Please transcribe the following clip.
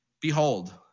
Behold